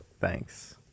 Thanks